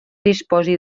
disposi